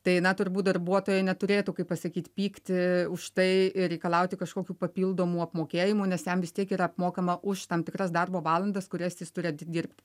tai na turbūt darbuotojai neturėtų kai pasakyt pykti už tai ir reikalauti kažkokių papildomų apmokėjimų nes jam vis tiek yra apmokama už tam tikras darbo valandas kurias jis turi atidirbt